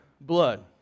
blood